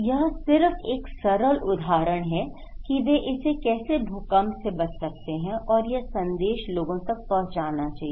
यह सिर्फ एक सरल उदाहरण है कि वे इसे कैसे भूकंप से बच सकते हैं और यह संदेश लोगों तक पहुंचाना चाहिए